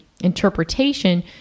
interpretation